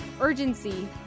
urgency